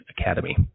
Academy